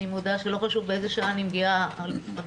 אני מודה שלא חשוב באיזו שעה אני מגיעה הביתה,